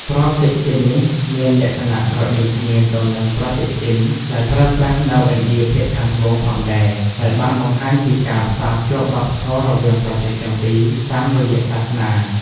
ប្រតិទិននេះមានលក្ខណៈស្រដៀងគ្នាទៅនឹងប្រតិទិនដែលប្រើប្រាស់នៅ ឥណ្ឌាភាគខាងត្បូង ផងដែរ ដែលបានបង្ហាញពីការផ្សារភ្ជាប់វប្បធម៌រវាងប្រទេសទាំងពីរតាមរយៈសាសនា។